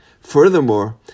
Furthermore